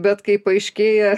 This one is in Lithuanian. bet kai paaiškėja